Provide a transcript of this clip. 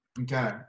Okay